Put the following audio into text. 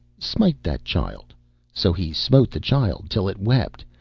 smite that child so he smote the child till it wept,